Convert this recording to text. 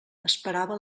esperava